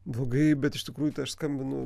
blogai bet iš tikrųjų tai aš skambinu